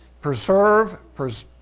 preserve